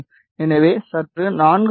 எனவே சுற்று 4